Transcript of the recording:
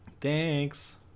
Thanks